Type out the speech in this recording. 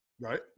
Right